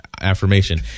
affirmation